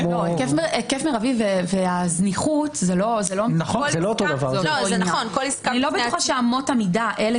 היקף מרבי והזניחות - אני לא בטוחה שאמות המידה אלה